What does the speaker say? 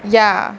ya